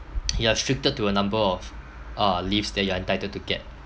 you are restricted to a number of uh leaves that you are entitled to get